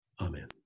amen